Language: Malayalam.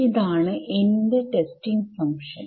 ഇതാണ് എന്റെ ടെസ്റ്റിംഗ് ഫങ്ക്ഷൻ